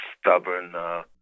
stubborn